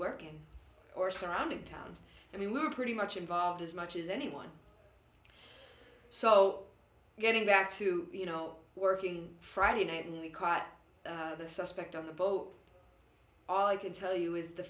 work in or surrounding towns i mean we're pretty much involved as much as anyone so getting back to you know working friday night and we caught the suspect on the boat all i can tell you is the